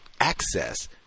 access